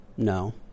No